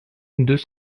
deux